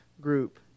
group